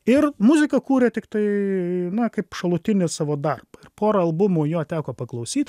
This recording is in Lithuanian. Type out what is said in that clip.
ir muziką kūrė tiktai na kaip šalutinį savo darbą porą albumų jo teko paklausyt